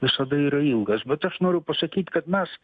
visada yra ilgas bet aš noriu pasakyt kad mes